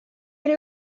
oli